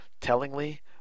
tellingly